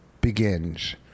begins